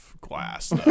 glass